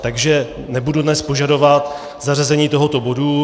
Takže nebudu dnes požadovat zařazení tohoto bodu.